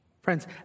Friends